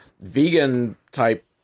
vegan-type